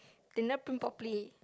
they never print properly